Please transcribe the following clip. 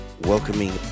welcoming